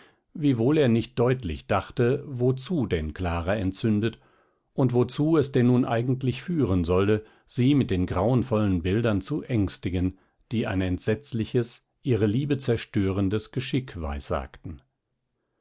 wiewohl er nicht deutlich dachte wozu denn clara entzündet und wozu es denn nun eigentlich führen solle sie mit den grauenvollen bildern zu ängstigen die ein entsetzliches ihre liebe zerstörendes geschick